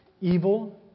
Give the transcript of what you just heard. Evil